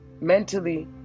mentally